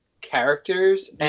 characters